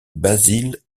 basile